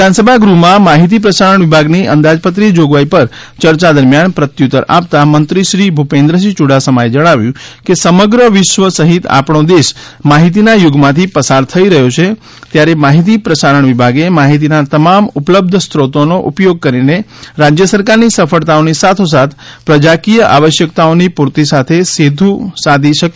વિધાનસભા ગૃહમાં માહિતી પ્રસારણ વિભાગની અંદાજપત્રીય જોગવાઈ પર યર્યા દરમિયાન પ્રત્યુત્તર આપતા મંત્રીશ્રી ભૂપેન્દ્રસિંહ યુડાસમાએ જણાવ્યું કે સમગ્ર વિશ્વ સહિત આપણો દેશ માહિતીના યુગમાંથી પસાર થઈ રહથો છે ત્યારે માહિતી પ્રસારણ વિભાગે માહિતીના તમામ ઉપલબ્ધ સ્ત્રોતોનો ઉપયોગ કરીને રાજ્ય સરકારની સફળતાઓની સાથોસાથ પ્રજાકિય આવશ્કથતાઓની પૂર્તિ સાથે સેતુ સાધી બન્ને વચ્ચે પરસ્પર સંકલનની ભૂમિકા સફળતાપૂર્વક નિભાવી છે